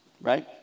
Right